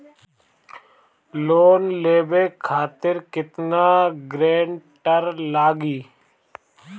Loan लेवे खातिर केतना ग्रानटर लागी?